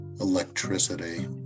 electricity